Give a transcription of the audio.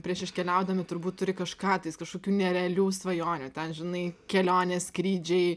prieš iškeliaudami turbūt turi kažką tais kažkokių nerealių svajonių ten žinai kelionės skrydžiai